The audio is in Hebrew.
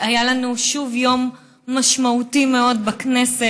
היה לנו שוב יום משמעותי מאוד בכנסת.